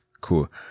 cool